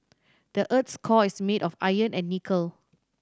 the earth's core is made of iron and nickel